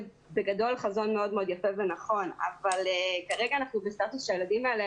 בגדול זה חזון מאוד מאוד יפה ונכון אבל כרגע אנחנו בסטטוס שהילדים האלה